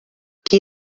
qui